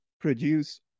produce